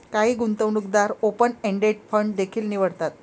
काही गुंतवणूकदार open ended fund देखील निवडतात